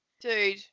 dude